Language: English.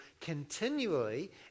continually